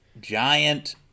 giant